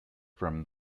from